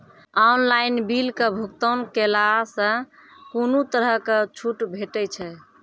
Online बिलक भुगतान केलासॅ कुनू तरहक छूट भेटै छै?